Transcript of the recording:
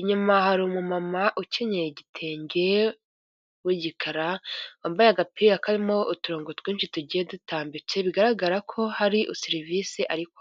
inyuma hari umumama ukenye igitenge, w'igikara wambaye agapira karimo uturongo twinshi tugiye dutambitse, bigaragara ko hari serivisi ariko.